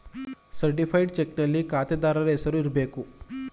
certified ಚಕ್ನಲ್ಲಿ ಖಾತೆದಾರನ ಹೆಸರು ಇರಬೇಕು